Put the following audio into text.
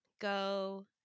go